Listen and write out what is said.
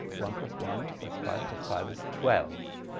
one plus one plus five plus five is twelve.